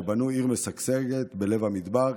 שבנו עיר משגשגת בלב המדבר,